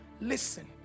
listen